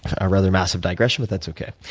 a rather massive digression, but that's okay.